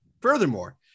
furthermore